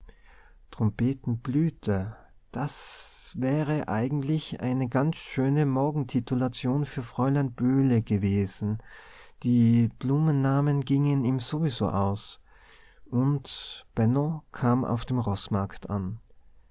besichtigt trompetenblüte das wäre eigentlich eine ganz schöne morgentitulation für fräulein böhle gewesen die blumennamen gingen ihm sowieso aus und benno kam auf dem roßmarkt an